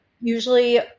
usually